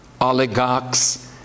oligarchs